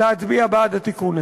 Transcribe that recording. להצביע בעד התיקון הזה.